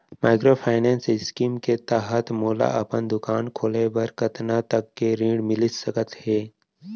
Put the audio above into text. Microfinance scheme के तहत मोला अपन दुकान खोले बर कतना तक के ऋण मिलिस सकत हे?